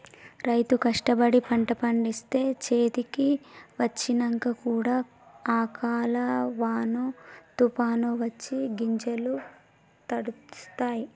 రైతు కష్టపడి పంట పండిస్తే చేతికి వచ్చినంక కూడా అకాల వానో తుఫానొ వచ్చి గింజలు తడుస్తాయ్